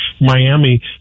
Miami